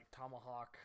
Tomahawk